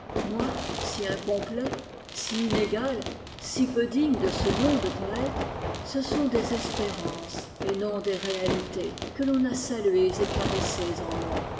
moi si incomplet si inégal si peu digne de ce nom de poète ce sont des espérances et non des réalités que l'on a saluées et caressées en moi